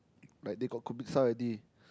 like they got already